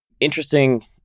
interesting